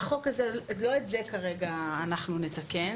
לא את זה כרגע אנחנו נתקן.